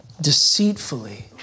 deceitfully